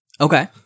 Okay